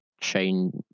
change